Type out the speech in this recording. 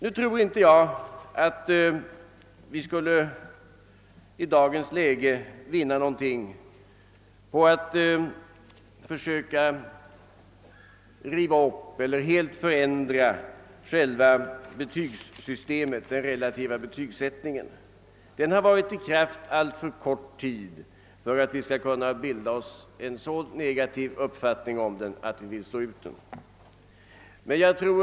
Nu tror jag emellertid inte att vi skulle vinna någonting på att riva upp eller helt förändra systemet med den relativa betygsättningen. Det har tillämpats alltför kort tid för att vi skall kunna ha bildat oss en så negativ uppfattning därom att vi nu kan slå ut systemet.